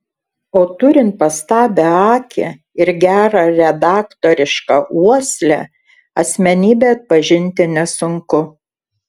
o turint pastabią akį ir gerą redaktorišką uoslę asmenybę atpažinti nesunku